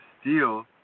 steal